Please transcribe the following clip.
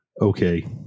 Okay